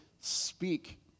speak